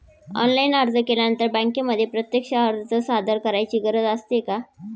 Online अर्ज केल्यानंतर बँकेमध्ये प्रत्यक्ष अर्ज सादर करायची गरज असते का?